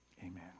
Amen